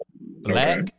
Black